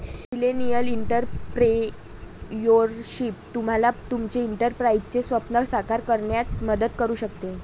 millennial entrepreneurship तुम्हाला तुमचे एंटरप्राइझचे स्वप्न साकार करण्यात मदत करू शकते